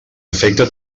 afecta